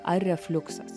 ar refliuksas